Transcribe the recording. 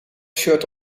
shirt